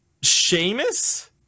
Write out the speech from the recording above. Seamus